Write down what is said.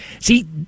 See